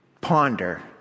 Ponder